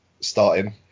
starting